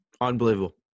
Unbelievable